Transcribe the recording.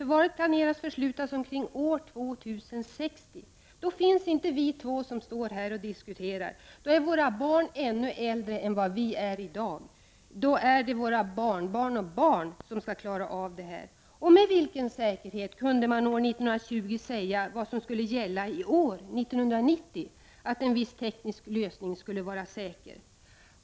slutförvaringen planeras Prot. 1989/90:60 bli fattat omkring år 2060. Då finns inte vi två som nu står här och diskuterar 1 februari 1990 ilivet. Då är våra barn äldre än vad vi är i dag. Då är det våra barnbarn och GT i oo barnbarnsbarn som skall klara det hela. Och med vilken säkerhet kunde man år 1920 säga vad som skulle gälla i år, 1990, för att en viss teknisk lösning skulle vara säker?